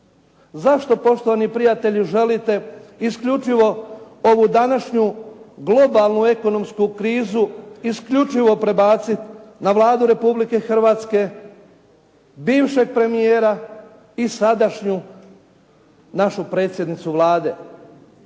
Zašto, poštovani prijatelji, želite isključivo ovu današnju globalnu ekonomsku krizu isključivo prebaciti na Vladu Republike Hrvatske, bivšeg premijera i sadašnju našu predsjednicu Vlade?